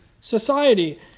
society